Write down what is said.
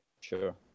sure